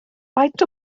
faint